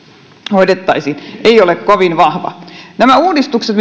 hoidettaisiin ei ole kovin vahva nämä uudistukset